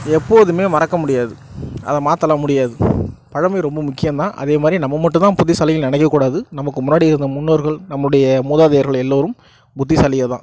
எப்போதும் மறக்க முடியாது அதை மாற்றலாம் முடியாது பழமை ரொம்ப முக்கியம் தான் அதே மாதிரி நம்ம மட்டும்தான் புத்திசாலின்னு நினைக்க கூடாது நமக்கு முன்னாடி இருந்த முன்னோர்கள் நம்முடைய மூதாதையர்கள் எல்லோரும் புத்திசாலி தான்